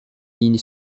ligne